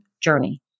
journey